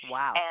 Wow